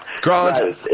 Grant